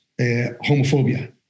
homophobia